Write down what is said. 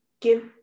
give